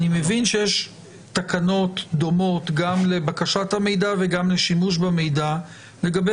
אני מבין שיש תקנות דומות גם לבקשת המידע וגם לשימוש במידע לגבי